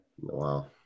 Wow